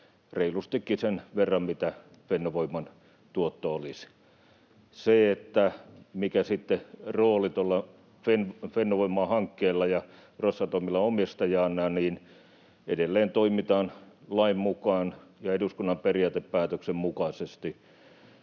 reilustikin sen verran mitä Fennovoiman tuotanto olisi. Sen suhteen, mikä rooli Fennovoiman hankkeella ja Rosatomilla omistajana sitten olisi, toimitaan edelleen lain mukaan ja eduskunnan periaatepäätöksen mukaisesti.